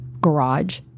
garage